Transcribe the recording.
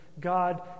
God